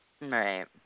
Right